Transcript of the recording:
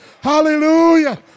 Hallelujah